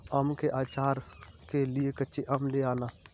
आम के आचार के लिए कच्चे आम ले आना